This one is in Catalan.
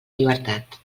llibertat